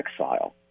exile